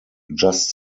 just